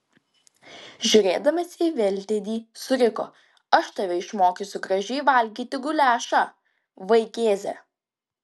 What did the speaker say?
žiūrėdamas į veltėdį suriko aš tave išmokysiu gražiai valgyti guliašą vaikėze